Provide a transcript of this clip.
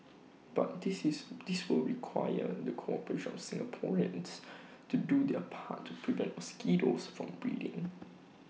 but this is this will require the cooperation of Singaporeans to do their part and prevent mosquitoes from breeding